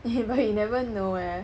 eh but you never know eh